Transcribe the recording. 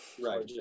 Right